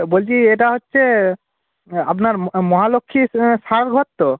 বলছি এটা হচ্ছে আপনার মহালক্ষ্মী সাজঘর তো